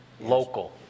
local